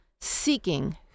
seeking